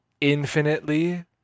infinitely